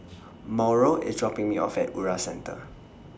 Mauro IS dropping Me off At Ura Centre